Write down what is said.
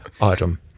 item